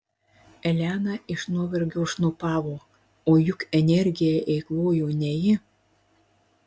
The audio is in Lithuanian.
elena iš nuovargio šnopavo o juk energiją eikvojo ne ji